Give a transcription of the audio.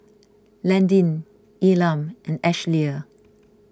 Landyn Elam and Ashlea